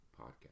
Podcast